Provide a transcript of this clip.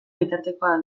bitartekoa